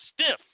stiff